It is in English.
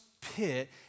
pit